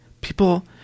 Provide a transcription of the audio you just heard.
people